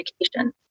education